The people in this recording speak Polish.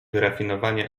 wyrafinowanie